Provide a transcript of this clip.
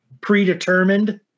predetermined